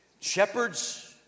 Shepherds